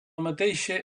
mateixa